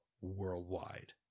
worldwide